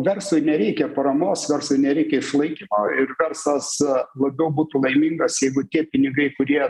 verslui nereikia paramos verslui nereikia išlaikymo ir verslas labiau būtų laimingas jeigu tie pinigai kurie dabar